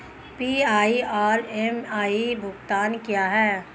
PI और MI भुगतान क्या हैं?